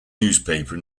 newspaper